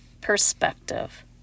Perspective